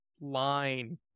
line